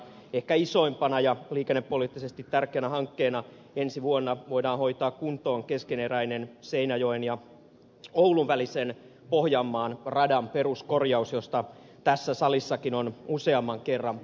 ehkä isoimpana ja liikennepoliittisesti tärkeänä hankkeena ensi vuonna voidaan hoitaa kuntoon keskeneräinen seinäjoen ja oulun välisen pohjanmaan radan peruskorjaus josta tässä salissakin on useamman kerran puhuttu